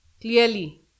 clearly